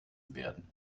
werden